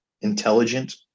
intelligent